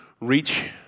reach